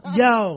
yo